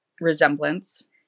resemblance